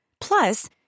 Plus